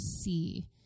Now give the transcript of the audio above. see